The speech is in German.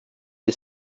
die